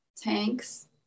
tanks